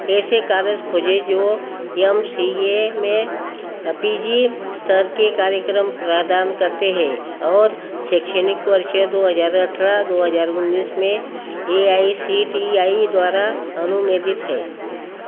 ऐसे कॉलेज खोजें जो एम सी ए में पी जी स्तर के कार्यक्रम प्रदान करते हैं और शैक्षणिक वर्ष दो हज़ार अठारह दो हज़ार उन्नीस में A I C T E द्वारा अनुमोदित हैं